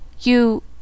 You